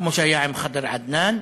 כמו שהיה עם ח'דר עדנאן,